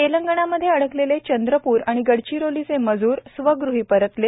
तेलंगणा मध्ये अडकलेले चंद्रप्र आणि गडचिरोलीचे मजूर स्वग़ही परतले